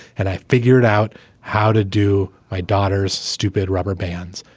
and i figured out how to do my daughter's stupid rubber bands,